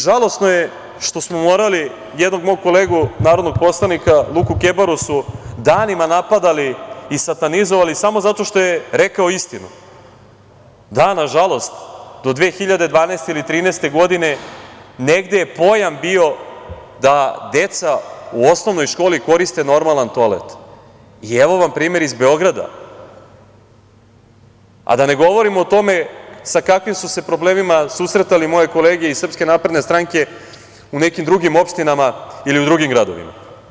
Žalosno je što su jednog mog kolegu narodnog poslanika Luku Kebaru danima napadali i satanizovali samo zato što je rekao istinu - nažalost, do 2012. ili 2013. godine negde je pojam bio da deca u osnovnoj školi koriste normalan toalet i evo vam primer iz Beograda, a da ne govorim o tome sa kakvim su se problemima susretale moje kolege iz SNS u nekim drugim opštinama ili u drugim gradovima.